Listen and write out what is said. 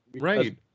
right